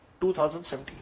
2017